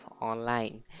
online